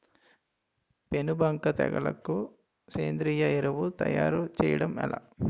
పేను బంక తెగులుకు సేంద్రీయ ఎరువు తయారు చేయడం ఎలా?